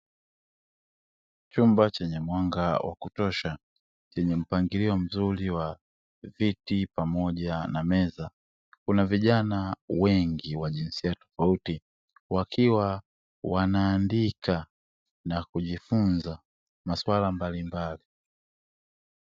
Chumba chenye mwanga wa kutosha chenye mpangilio mzuri wa viti pamoja na meza; kuna vijana wengi wa jinsia tofauti wakiwa wanaandika na kujifunza maswala mbalimbali.